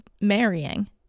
marrying